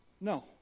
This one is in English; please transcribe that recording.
No